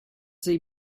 they